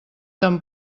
tan